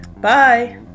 Bye